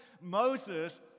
Moses